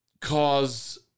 cause